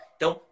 Então